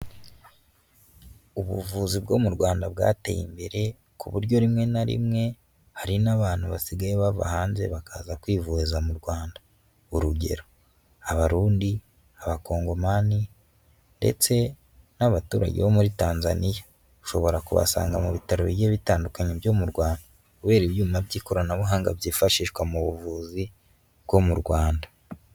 Ubuvuzi bwo mu Rwanda bwateye imbere, ku buryo rimwe na rimwe, hari n'abantu basigaye babava hanze, bakaza kwivuriza mu Rwanda. Urugero abarundi, abakongomani, ndetse n'abaturage bo muri Tanzania. Ushobora kubasanga mu bitaro bigiye bitandukanye byo mu Rwanda. Kubera ibyuma by'ikoranabuhanga byifashishwa mu buvuzi, bwo mu Rwanda.